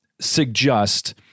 suggest